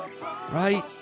Right